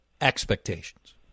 expectations